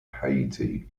haiti